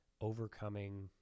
overcoming